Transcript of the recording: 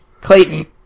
Clayton